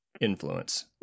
influence